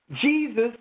Jesus